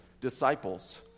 disciples